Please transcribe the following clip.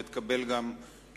ואני מקווה שתקבל גם תשובה.